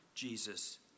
Jesus